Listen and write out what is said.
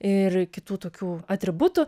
ir kitų tokių atributų